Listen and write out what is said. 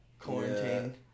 quarantine